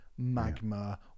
Magma